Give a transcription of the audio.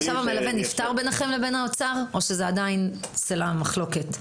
נפתר ביניכם לבין האוצר או שזה עדיין סלע המחלוקת?